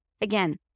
again